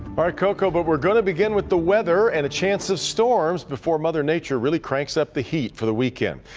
ah but we're going to begin with the weather and a chance of storms before mother nature really cranks up the heat for the weekend.